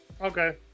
okay